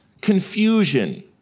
confusion